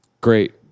Great